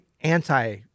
anti